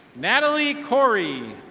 natalie cory.